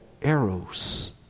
Eros